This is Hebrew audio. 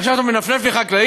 עכשיו אתה מנפנף לי בחקלאים?